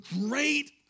great